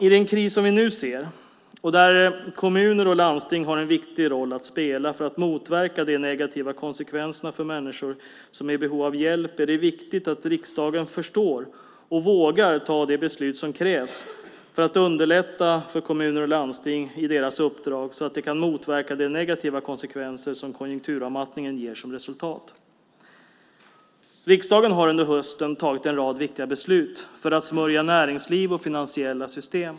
I den kris som vi nu ser, där kommuner och landsting har en viktig roll att spela för att motverka de negativa konsekvenserna för människor som är i behov av hjälp, är det viktigt att riksdagen förstår och vågar fatta de beslut som krävs för att underlätta för kommuner och landsting i deras uppdrag, så att de kan motverka de negativa konsekvenser som konjunkturavmattningen ger som resultat. Riksdagen har under hösten fattat en rad viktiga beslut för att smörja näringsliv och finansiella system.